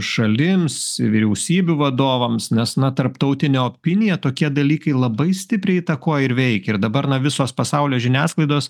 šalims vyriausybių vadovams nes na tarptautinė opinija tokie dalykai labai stipriai įtakoja ir veikia ir dabar na visos pasaulio žiniasklaidos